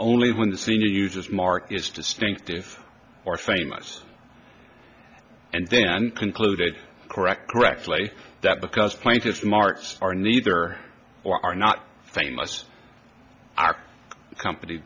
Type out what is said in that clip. only when the senior uses mark is distinctive or famous and then concluded correct correctly that because plaintiffs marched are neither or are not famous are company